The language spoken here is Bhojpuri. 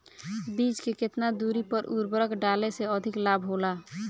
बीज के केतना दूरी पर उर्वरक डाले से अधिक लाभ होला?